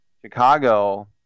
Chicago